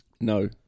No